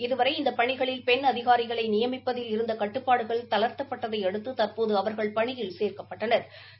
இதுவரை இந்த பணிகளில் பெண் அதிகாரிகளை நியமிப்பதில் இருந்த கட்டுப்பாடுகள் தளா்த்தப்பட்டதை அடுத்து தற்போது அவா்கள் பணியில் சேர்க்கப்பட்டனா்